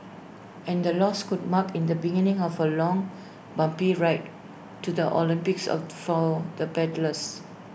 and the loss could mark in the beginning of A long bumpy ride to the Olympics of for the paddlers